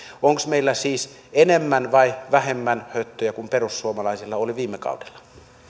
onko meillä siis enemmän vai vähemmän höttöä kuin perussuomalaisilla oli viime kaudella vielä